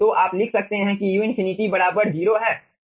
तो आप लिख सकते हैं कि u∞ बराबर 0 है